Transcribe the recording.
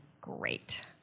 great